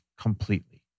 completely